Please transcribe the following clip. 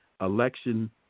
election